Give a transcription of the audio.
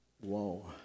Whoa